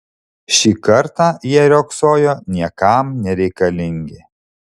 šį kartą jie riogsojo niekam nereikalingi